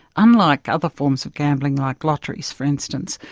unlike other forms of gambling, like lotteries for instance,